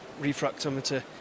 refractometer